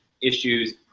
issues